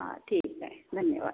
हा ठीक आहे धन्यवाद